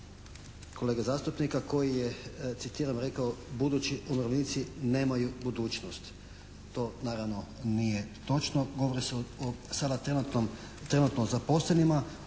kolege zastupnika koji je citiram rekao, budući umirovljenici nemaju budućnost. To naravno nije točno. Govori se o sada trenutno zaposlenima,